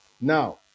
Now